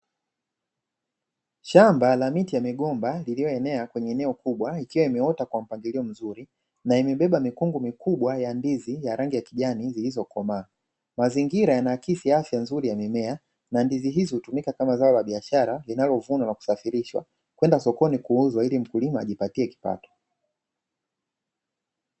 Shamba la miti ya migomba iliyoenea kwenye eneo kubwa ikiwa imeota kwa mpangilio mzuri, na imebeba mikungu mikubwa ya ndizi ya rangi ya kijani iliyokomaa, mazingira yanaakisi afya nzuri ya mimea, na ndizi hizo hutumika kama zao la biashara linalovunwa na kusafirishwa kwenda sokoni kuuzwa ili mkulima ajipatie kipato.